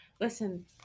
Listen